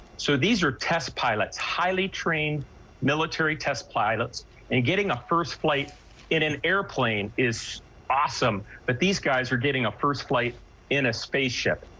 so these are test pilots highly trained military test pilots and getting a first flight in an airplane is awesome but these guys are getting a first flight in a spaceship.